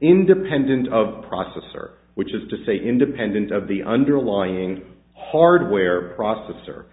independent of processor which is to say independent of the underlying hardware processor